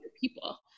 people